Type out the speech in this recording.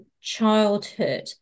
childhood